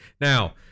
Now